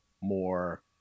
more